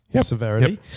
severity